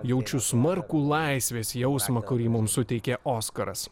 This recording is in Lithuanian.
jaučiu smarkų laisvės jausmą kurį mums suteikė oskaras